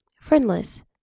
friendless